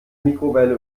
mikrowelle